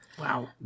Wow